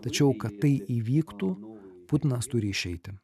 tačiau kad tai įvyktų putinas turi išeiti